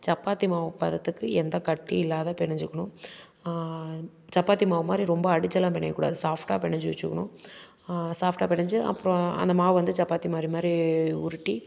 சப்பாத்தி மாவு பதத்துக்கு எந்த கட்டியும் இல்லாத பினஞ்சிக்கணும் சப்பாத்தி மாவு மாதிரி ரொம்ப அடிச்செல்லாம் பினயக்கூடாது சாஃப்ட்டாக பினஞ்சி வச்சிக்கணும் சாஃப்ட்டாக பினஞ்சி அப்புறோம் அந்த மாவு வந்து சப்பாத்தி மாதிரி மாதிரி உருட்டி